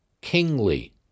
kingly